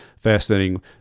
fascinating